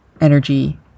energy